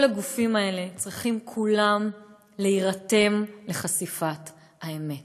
כל הגופים האלה צריכים כולם להירתם לחשיפת האמת.